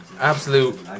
Absolute